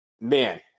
man